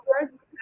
words